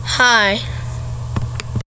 Hi